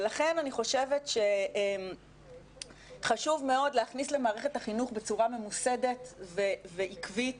לכן אני חושבת שחשוב מאוד להכניס למערכת החינוך בצורה ממוסדת ועקבית